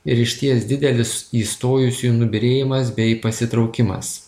ir išties didelis įstojusiųjų nubyrėjimas bei pasitraukimas